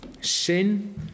Sin